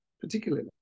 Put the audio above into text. particularly